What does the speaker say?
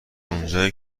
اونجایی